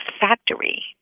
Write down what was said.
factory